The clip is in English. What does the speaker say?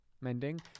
Mending